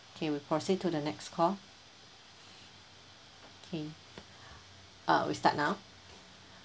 okay we'll proceed to the next call okay uh we start now